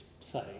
say